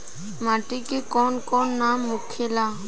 माटी के कौन कौन नाम होखे ला?